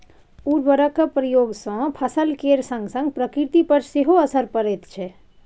उर्वरकक उपयोग सँ फसल केर संगसंग प्रकृति पर सेहो असर पड़ैत छै